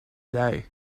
day